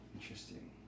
Interesting